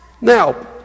Now